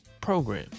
program